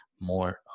more